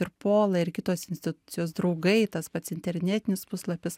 ir pola ir kitos institucijos draugai tas pats internetinis puslapis